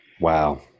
wow